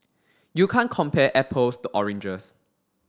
you can't compare apples to oranges